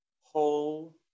whole